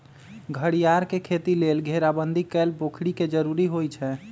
घरियार के खेती लेल घेराबंदी कएल पोखरि के जरूरी होइ छै